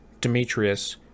Demetrius